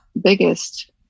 biggest